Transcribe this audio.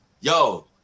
yo